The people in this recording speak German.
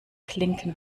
klinken